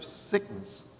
sickness